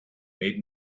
made